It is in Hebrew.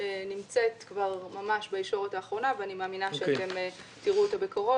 נמצאת כבר ממש בישורת האחרונה ואני מאמינה שאתם תראו אותה בקרוב.